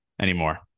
Anymore